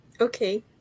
Okay